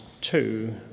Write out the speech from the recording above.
two